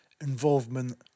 involvement